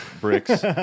bricks